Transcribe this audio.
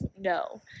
No